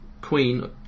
Queen